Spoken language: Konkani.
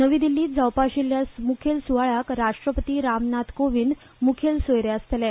नवी दिल्लींत जावपा आशिल्ल्या मुखेल सुवाळ्याक राष्ट्रपती राम नाथ कोविंद मुखेल सोयरे आसतले